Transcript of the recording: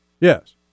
Yes